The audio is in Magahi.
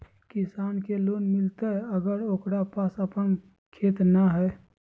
किसान के लोन मिलताय अगर ओकरा पास अपन खेत नय है?